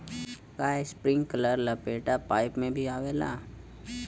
का इस्प्रिंकलर लपेटा पाइप में भी आवेला?